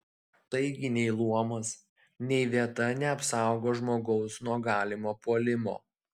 taigi nei luomas nei vieta neapsaugo žmogaus nuo galimo puolimo